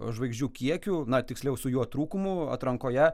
žvaigždžių kiekiu na tiksliau su jo trūkumu atrankoje